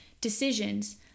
decisions